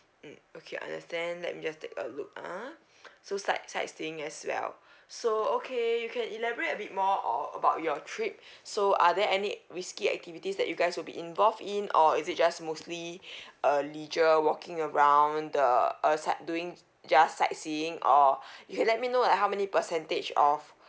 mm okay understand let me just take a look ah so sight sightseeing as well so okay you can elaborate a bit more or about your trip so are there any risky activities that you guys will be involved in or is it just mostly uh leisure walking around the uh sa~ doing just sightseeing or you let me know like how many percentage of